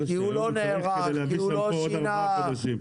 שהיום הוא צריך כדי להביא שמפו בעוד ארבעה חודשים.